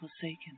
forsaken